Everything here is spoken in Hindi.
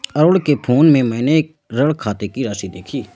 अरुण के फोन में मैने ऋण खाते की राशि देखी